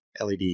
LED